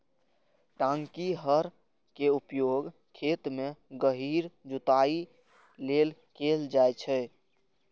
टांकी हर के उपयोग खेत मे गहींर जुताइ लेल कैल जाइ छै